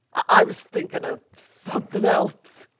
i was thinkin' of somethin' else.